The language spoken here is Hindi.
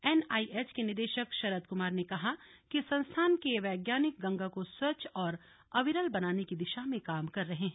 एनआईएच के निदेशक शरद कुमार ने कहा कि संस्थान के वैज्ञानिक गंगा को स्वच्छ और अविरल बनाने की दिशा में काम कर रहे हैं